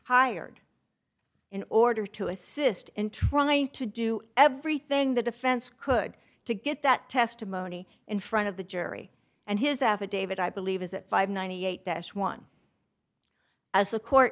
hired in order to assist in trying to do everything the defense could to get that testimony in front of the jury and his affidavit i believe is it five hundred and ninety eight dash one as the court